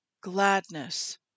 gladness